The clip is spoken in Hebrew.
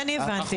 -- הבנתי.